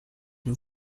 den